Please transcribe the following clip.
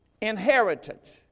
inheritance